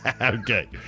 Okay